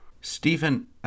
Stephen